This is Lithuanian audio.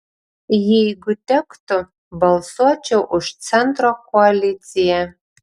jeigu tektų balsuočiau už centro koaliciją